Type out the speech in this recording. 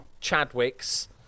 Chadwicks